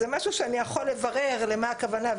זה משהו שאני יכול לברר למה הכוונה",